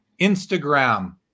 Instagram